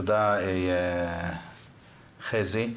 תודה, חזי.